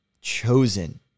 chosen